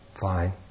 fine